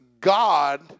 God